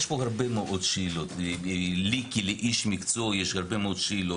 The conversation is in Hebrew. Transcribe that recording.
ויש לי גם שאלה בהמשך לדברים